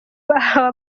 bahawe